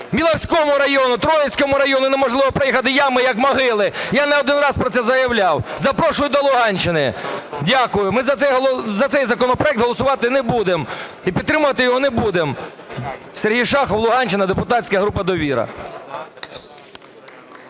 районах, … районі, Троїцькому районі неможливо проїхати, ями як могили. Я не один раз про це заявляв. Запрошую до Луганщини. Дякую. Ми за цей законопроект голосувати не будемо і підтримувати його не будемо. Сергій Шахов, Луганщина, депутатська група "Довіра".